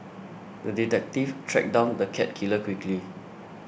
the detective tracked down the cat killer quickly